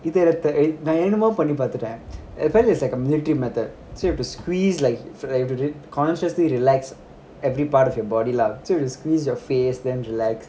இதைவந்துநான்என்னனெமோபண்ணிபாத்துட்டேன்:ithai vandhu naan ennanemoo panni patdhuden it's like a military method so you have to squeeze like so you have to do it consciously relax every part of your body lah to squeeze your face then the leg